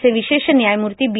चे विशेष व्यायमूर्ती बी